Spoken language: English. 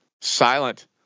silent